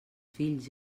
fills